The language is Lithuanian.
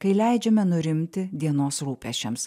kai leidžiame nurimti dienos rūpesčiams